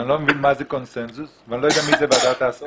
אני לא מבין מה זה קונצנזוס ואני לא יודע מי זה ועדת ההסכמות,